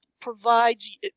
provides